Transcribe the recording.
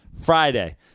Friday